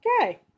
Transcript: Okay